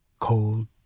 cold